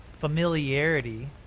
familiarity